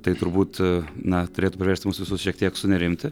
tai turbūt na turėtų priversti mus visus šiek tiek sunerimti